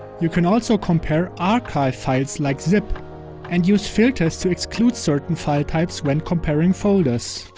you can also compare archive files like zip and use filters to exclude certain file types when comparing folders.